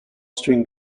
string